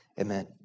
Amen